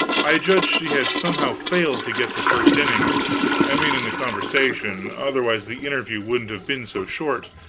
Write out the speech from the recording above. i judged she had somehow failed to get the first innings i mean in the conversation otherwise the interview wouldn't have been so short.